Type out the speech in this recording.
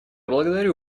благодарю